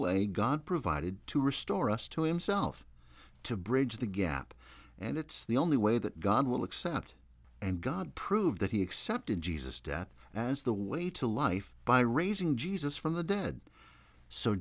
way god provided to restore us to himself to bridge the gap and it's the only way that god will accept and god prove that he accepted jesus death as the way to life by raising jesus from the dead so